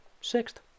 Sixth